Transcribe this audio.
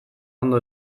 ondo